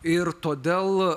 ir todėl